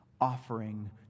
offering